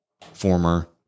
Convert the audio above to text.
former